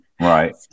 Right